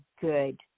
good